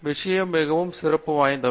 விஷயங்கள் மிகவும் சிறப்பு வாய்ந்தவை